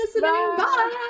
Bye